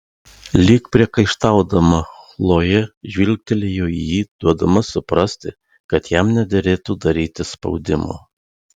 lyg priekaištaudama chlojė žvilgtelėjo į jį duodama suprasti kad jam nederėtų daryti spaudimo